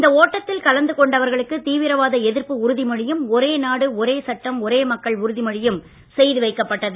இந்த ஓட்டத்தில் கலந்து கொண்டவர்களுக்கு தீவிரவாத எதிர்ப்பு உறுதிமொழியும் ஒரே நாடு ஒரே சட்டம் ஒரே மக்கள் உறுதிமொழியும் செய்து வைக்கப்பட்டது